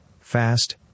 fast